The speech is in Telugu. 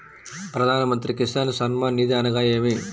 ప్రధాన మంత్రి కిసాన్ సన్మాన్ నిధి అనగా ఏమి?